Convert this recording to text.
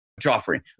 Joffrey